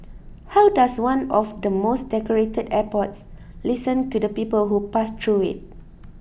how does one of the most decorated airports listen to the people who pass through it